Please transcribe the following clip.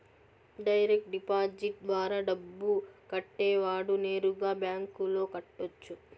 direct deposit ద్వారా డబ్బు కట్టేవాడు నేరుగా బ్యాంకులో కట్టొచ్చు